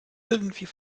irgendwie